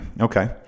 Okay